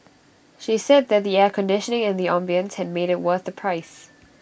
she said that the air conditioning and the ambience had made IT what the price